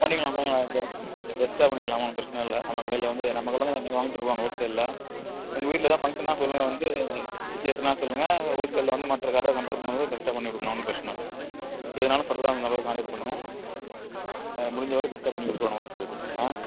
பண்ணிக்கலாம் பண்ணிக்கலாம் பெ பெஸ்ட்டாக பண்ணிக்கலாம் ஒன்றும் பிரச்சனை இல்லை நம்ம கடையில் வந்து நம்ம கடைல தான் வந்து வந்து வாங்கிகிட்டு போவாங்க ஹோல் சேலில் உங்கள் வீட்டில் எதாவது ஃபங்க்ஷன்னா சொல்லுங்கள் வந்து விசேஷம்ன்னா சொல்லுங்கள் ஹோல் சேலில் வந்து மற்றக்கடையில் கம்பேர் பண்ணும் போது பெஸ்ட்டாக பண்ணிக்கொடுக்கலாம் ஒன்றும் பிரச்சனை இல்லை எதுனாலும் ஃபர்தராக இந்த நம்பருக்கு கான்டெக்ட் பண்ணுங்கள் ஆ முடிஞ்சளவுக்கு பெஸ்ட்டாக பண்ணி கொடுத்தட்லாம் ஹோல் சேல்க்கு